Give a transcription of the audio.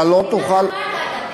אתה לא תוכל, אפרטהייד.